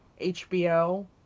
hbo